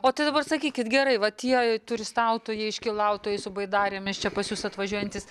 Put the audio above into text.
o tai dabar sakykit gerai va tie turistautojai iškylautojai su baidarėmis čia pas jus atvažiuojantys